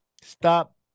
stop